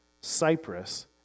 Cyprus